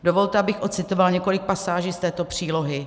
Dovolte, abych ocitovala několik pasáží z této přílohy: